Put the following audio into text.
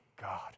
God